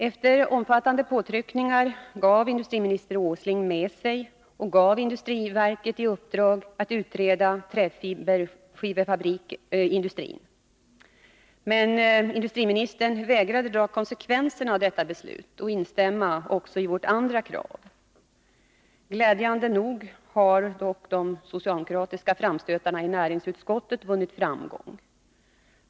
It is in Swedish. Efter omfattande påtryckningar gav industriminister Åsling med sig och gav industriverket i uppdrag att utreda träfiberskiveindustrin. Men industriministern vägrade att dra konsekvenserna av detta beslut och instämma också i vårt andra krav. Glädjande nog har dock de socialdemokratiska framstötarna i näringsutskottet vunnit framgång.